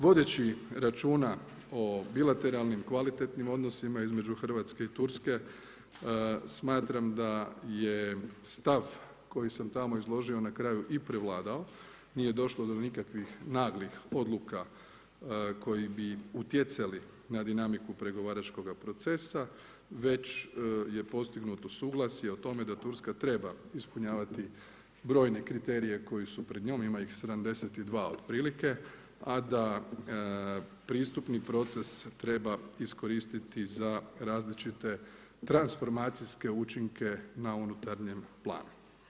Vodeći računa o bilateralnim, kvalitetnim odnosima između Hrvatske i Turske smatram da je stav koji sam tamo izložio na kraju i prevladao, nije došlo do nikakvih naglih odluka koji bi utjecali na dinamiku pregovaračkoga procesa već je postignuto suglasje o tome da Turska treba ispunjavati brojne kriterije koji su pred njom, ima ih 72 otprilike a da pristupni proces treba iskoristiti za različite transformacijske učinke na unutarnjem planu.